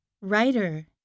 writer